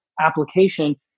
application